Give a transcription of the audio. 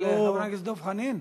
של חבר הכנסת דב חנין?